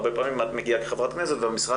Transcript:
הרבה פעמים את מגיעה כחברת כנסת והמשרד